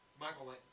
Michael